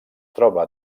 troba